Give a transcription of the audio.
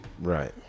Right